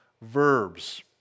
verbs